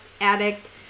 addict